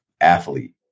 athlete